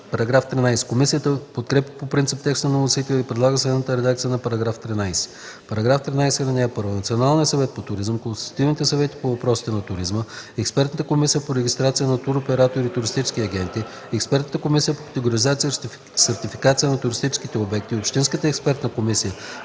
за § 12. Комисията подкрепя по принцип текста на вносителя и предлага следната редакция на § 13: „§ 13. (1) Националният съвет по туризъм, консултативните съвети по въпросите на туризма, Експертната комисия по регистрация на туроператори и туристически агенти, Експертната комисия по категоризация и сертификация на туристически обекти и общинската експертна комисия